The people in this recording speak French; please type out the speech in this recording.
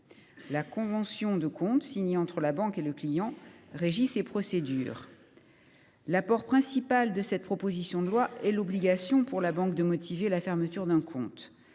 La convention de compte, signée entre la banque et le client, régit ces procédures. L’apport principal de cette proposition de loi est l’obligation pour la banque de motiver la fermeture d’un compte.